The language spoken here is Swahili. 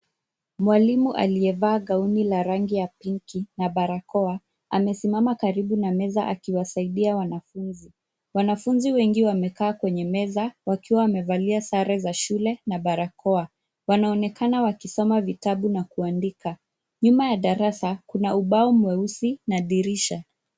Mwalimu aliyevaa gauni la rangi ya pinki na barakoa amesimama karibu na meza akiwasaidia wanafunzi. Wanafunzi wengi wamekaa kwenye meza wakiwa wamevalia sare za shule na barakoa. Wanaonekana wakisoma vitabu na kuandika. Nyuma ya darasa kuna ubao mweusi na dirisha.